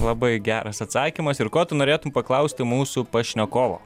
labai geras atsakymas ir ko tu norėtum paklausti mūsų pašnekovo